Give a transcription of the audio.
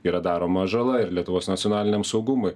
yra daroma žala ir lietuvos nacionaliniam saugumui